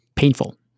painful